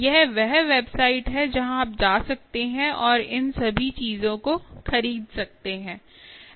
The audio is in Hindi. यह वह वेबसाइट है जहां आप जा सकते हैं और इन सभी चीजों को खरीद सकते हैं